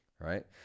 Right